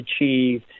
achieve